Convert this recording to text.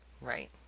Right